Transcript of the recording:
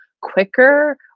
quicker